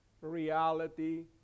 reality